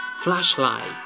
Flashlight